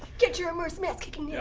get your immersive ass-kicking yeah